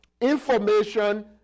Information